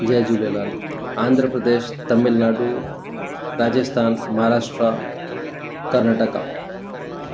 Jay Jhulelal Andhra Pradesh Tamil Nadu Rajasthan Maharashtra Karnataka